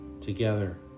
together